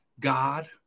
God